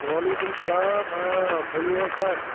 وعلیکُم السلام آ ؤنِو حظ سَر